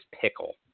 pickle